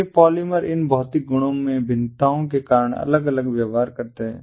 ये पॉलिमर इन भौतिक गुणों में भिन्नताओं के कारण अलग व्यवहार करते हैं